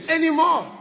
anymore